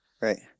Right